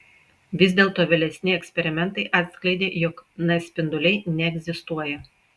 vis dėlto vėlesni eksperimentai atskleidė jog n spinduliai neegzistuoja